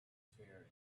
fair